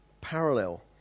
parallel